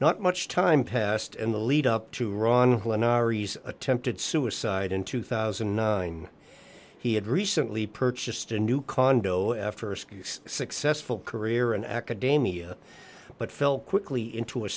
not much time passed in the lead up to ron attempted suicide in two thousand and nine he had recently purchased a new condo after a six successful career in academia but felt quickly into a